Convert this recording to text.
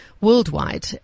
worldwide